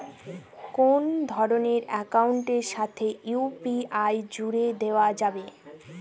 কোন ধরণের অ্যাকাউন্টের সাথে ইউ.পি.আই জুড়ে দেওয়া যাবে?